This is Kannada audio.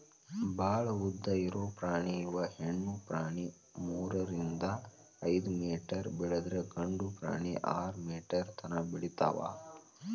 ಭಾಳ ಉದ್ದ ಇರು ಪ್ರಾಣಿ ಇವ ಹೆಣ್ಣು ಪ್ರಾಣಿ ಮೂರರಿಂದ ಐದ ಮೇಟರ್ ಬೆಳದ್ರ ಗಂಡು ಪ್ರಾಣಿ ಆರ ಮೇಟರ್ ತನಾ ಬೆಳಿತಾವ